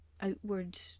outward